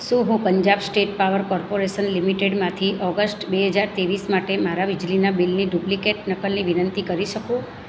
શું હું Punjab state power corporation લિમિટેડમાંથી ઓગસ્ટ બે હજાર ત્રેવીસ માટે મારા વીજળીના બિલની ડુપ્લિકેટ નકલની વિનંતી કરી શકું